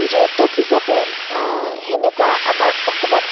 যৌতুক হিচাপে সেনেকুৱা আমাৰ অসমত